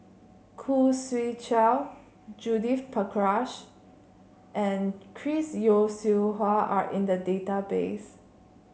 Khoo Swee Chiow Judith Prakash and Chris Yeo Siew Hua are in the database